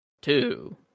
two